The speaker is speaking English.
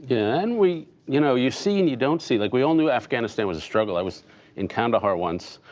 and we you know you see and you don't see. like, we all knew afghanistan was a struggle. i was in kandahar once,